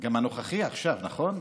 גם הנוכחי עכשיו, נכון?